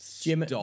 Jim